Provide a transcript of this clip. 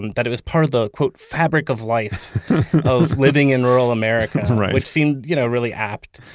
that it was part of the fabric of life of living in rural america right which seemed you know really apt.